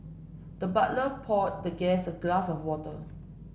the butler poured the guest a glass of water